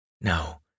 No